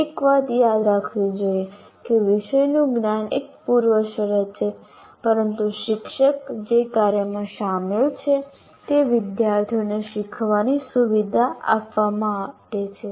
એક વાત યાદ રાખવી જોઈએ કે વિષયનું જ્ઞાન એક પૂર્વશરત છે પરંતુ શિક્ષક જે કાર્યમાં સામેલ છે તે વિદ્યાર્થીઓને શીખવાની સુવિધા આપવા માટે છે